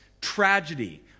tragedy